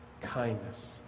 kindness